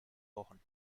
wochen